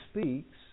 speaks